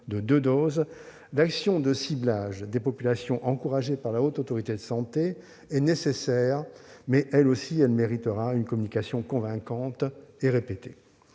de deux doses -, l'action de ciblage des populations encouragée par la Haute Autorité de santé est nécessaire, mais elle méritera elle aussi une communication convaincante et répétée.